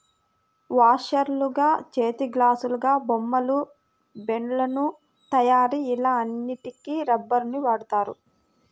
వాషర్లుగా, చేతిగ్లాసులాగా, బొమ్మలు, బెలూన్ల తయారీ ఇలా అన్నిటికి రబ్బరుని వాడుతారు